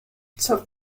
zur